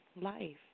life